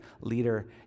leader